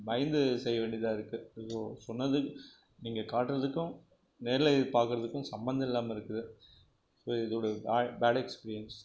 பயந்து செய்ய வேண்டியதாக இருக்கு சொன்னதுக்கு நீங்கள் காட்டுறதுக்கும் நேரில் பாக்கிறதுக்கும் சம்பந்தம் இல்லாமல் இருக்குது ஸோ இதோட பேட் எக்ஸ்பீரியன்ஸ்